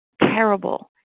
terrible